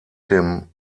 dem